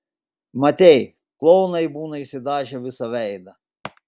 matei klounai būna išsidažę visą veidą